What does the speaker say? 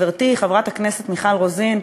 חברתי חברת הכנסת מיכל רוזין,